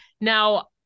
Now